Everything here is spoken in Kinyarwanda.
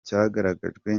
cyagaragajwe